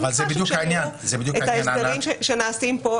אני מניחה שכאשר הם יראו אתך ההסדרים שנעשים כאן,